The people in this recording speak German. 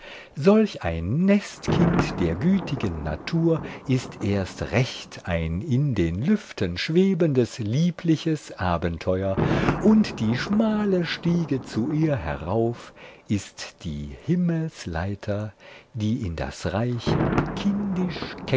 solch ein nestkind der gütigen natur ist erst recht ein in den lüften schwebendes liebliches abenteuer und die schmale stiege zu ihr herauf ist die himmelsleiter die in das reich